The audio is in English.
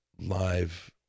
live